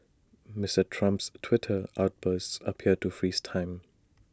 Mister Trump's Twitter outbursts appear to freeze time